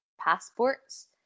passports